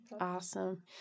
awesome